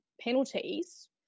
penalties